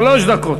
שלוש דקות,